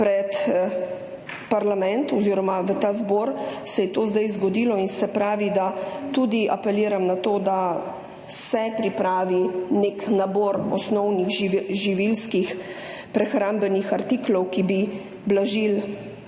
pred parlament oziroma ta zbor, se je to zdaj zgodilo. Apeliram na to, da se pripravi nek nabor osnovnih živilskih in prehrambnih artiklov, ki bi blažili